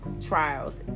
trials